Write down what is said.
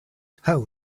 how